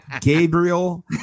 Gabriel